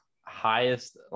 highest